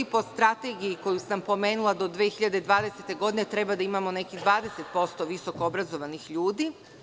Po strategiji koju sam pomenula, do 2020. godine treba da imamo nekih 20% visokoobrazovanih ljudi.